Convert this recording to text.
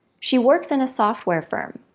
she works in a software firm,